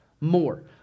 more